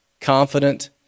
confident